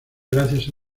gracias